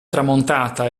tramontata